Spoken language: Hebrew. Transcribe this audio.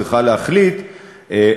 צריכה להחליט,